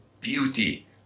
beauty